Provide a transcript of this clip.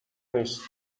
نیست